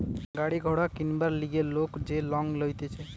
গাড়ি ঘোড়া কিনবার লিগে লোক যে লং লইতেছে